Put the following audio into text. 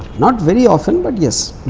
not very often. but yes,